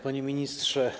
Panie Ministrze!